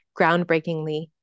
groundbreakingly